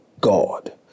God